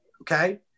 okay